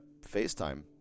FaceTime